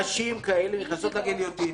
נשים כאלה נכנסות לגיליוטינה.